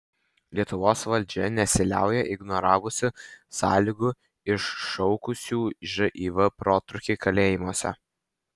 lietuvos valdžia nesiliauja ignoravusi sąlygų iššaukusių živ protrūkį kalėjimuose